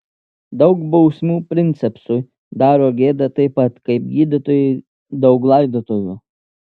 daug bausmių princepsui daro gėdą taip pat kaip gydytojui daug laidotuvių